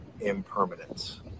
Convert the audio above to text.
Impermanence